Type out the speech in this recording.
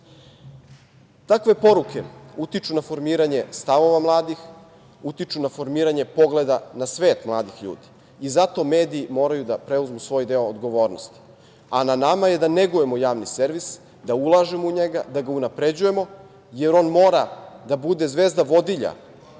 Takve poruke utiču na formiranje stavova mladih, utiču na formiranje pogleda na svet mladih ljudi i zato mediji moraju da preuzmu svoj deo odgovornosti. Na nama je da negujemo javni servis, da ulažemo u njega, da ga unapređujemo, jer on mora da bude zvezda vodilja